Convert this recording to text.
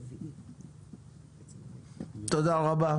תודה רבה.